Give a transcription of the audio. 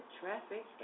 traffic